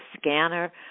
scanner